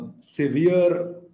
severe